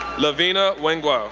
levina wangui,